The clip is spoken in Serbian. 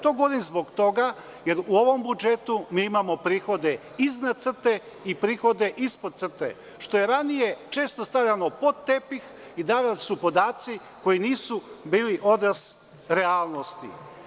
To govorim zbog toga, jer u ovom budžetu imamo prihode iznad crte i prihode ispod crte, što je ranije često stavljano pod tepih i davani su podaci koji nisu bili odnos realnosti.